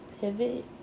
pivot